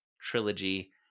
trilogy